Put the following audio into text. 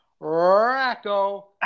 Racco